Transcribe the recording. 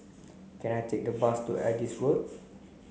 can I take the bus to Adis Road